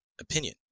opinion